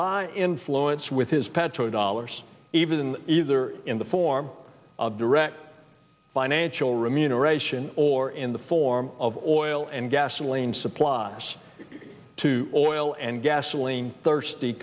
by influence with his petro dollars even either in the form of direct financial remuneration or in the form of oil and gasoline suppliers to oil and gasoline thirsty